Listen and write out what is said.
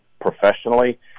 professionally